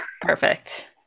Perfect